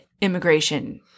immigration